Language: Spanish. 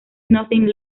nothing